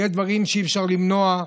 יש דברים שאי-אפשר למנוע,